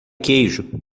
queijo